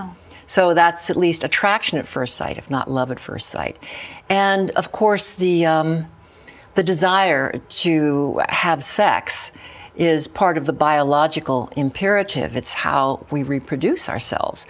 so that's at least attraction at first sight if not love at first sight and of course the the desire to have sex is part of the biological imperative it's how we reproduce ourselves